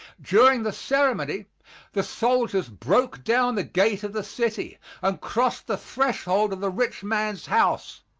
during the ceremony the soldiers broke down the gate of the city and crossed the threshold of the rich man's house.